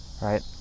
Right